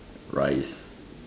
rice